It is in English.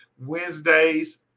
Wednesdays